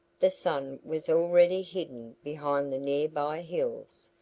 the sun was already hidden behind the nearby hills.